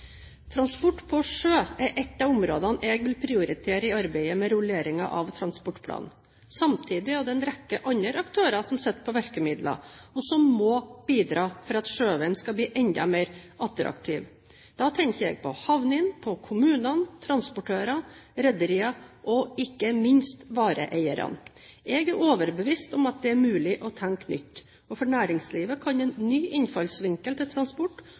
Transport på sjø er ett av områdene jeg vil prioritere i arbeidet med rulleringen av transportplanen. Samtidig er det en rekke andre aktører som sitter på virkemidler, og som må bidra for at sjøveien skal bli enda mer attraktiv. Da tenker jeg på havnene, kommunene, transportører, rederier og, ikke minst, vareeierne. Jeg er overbevist om at det er mulig å tenke nytt, og for næringslivet kan en ny innfallsvinkel til transport